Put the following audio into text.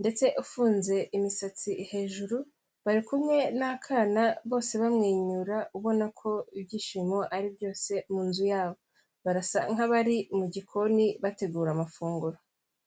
ndetse ufunze imisatsi hejuru, bari kumwe n'akana, bose baramwenyura ubona ko ibyishimo ari byose mu nzu yabo. Barasa nk'abari mu mu gikoni bategura amafunguro.